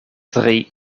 drie